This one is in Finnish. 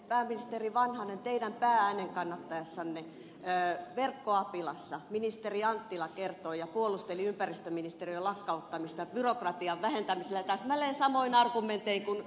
pääministeri vanhanen teidän pää äänenkannattajassanne verkkoapilassa ministeri anttila kertoi ja puolusteli ympäristöministeriön lakkauttamista byrokratian vähentämisellä täsmälleen samoin argumentein kuin ed